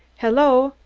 hello!